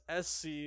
sc